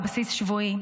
על בסיס שבועי.